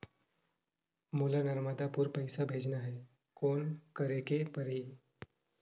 मोला नर्मदापुर पइसा भेजना हैं, कौन करेके परही?